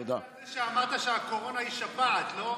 אתה בכלל זה שאמרת שהקורונה היא שפעת, לא?